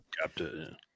Captain